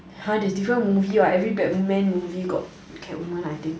!huh! it's different movie what every batman movie got catwoman I think